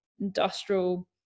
industrial